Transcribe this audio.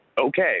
okay